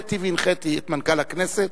הוריתי והנחיתי את מנכ"ל הכנסת,